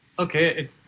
Okay